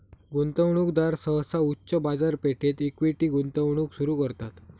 गुंतवणूकदार सहसा उच्च बाजारपेठेत इक्विटी गुंतवणूक सुरू करतात